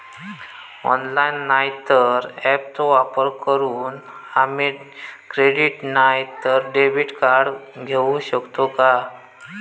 Online नाय तर ऍपचो वापर करून आम्ही क्रेडिट नाय तर डेबिट कार्ड घेऊ शकतो का?